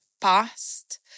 past